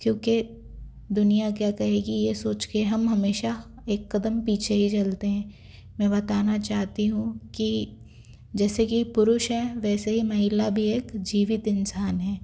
क्योंकि दुनिया क्या कहेगी ये सोच के हम हमेशा एक कदम पीछे ही चलते हैं मैं बताना चाहती हूँ कि जैसे कि पुरुष हैं वैसे ही महिला भी एक जीवित इंसान हैं